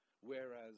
Whereas